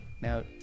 Now